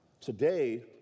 Today